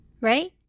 Right